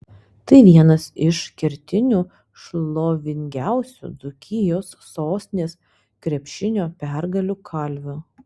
tai vienas iš kertinių šlovingiausių dzūkijos sostinės krepšinio pergalių kalvių